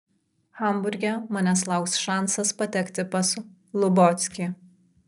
hamburge manęs lauks šansas patekti pas lubockį